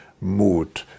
mood